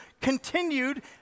continued